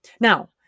now